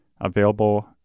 available